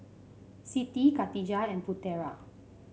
Siti Katijah and Putera